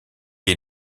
est